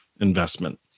investment